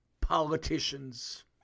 politicians